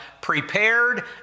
prepared